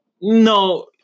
No